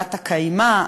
בת-הקיימא,